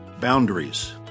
Boundaries